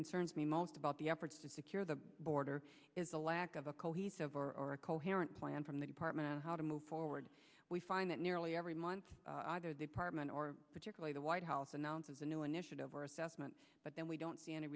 concerns me most about the efforts to secure the border is the lack of a cohesive or coherent plan from the department on how to move forward we find that nearly every month either the parliament or particularly the white house announces a new initiative or assessment but then we don't see any